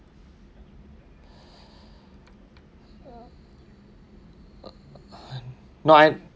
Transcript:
no I